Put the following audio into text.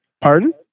Pardon